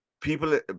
people